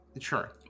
sure